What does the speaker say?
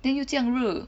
then 又这样热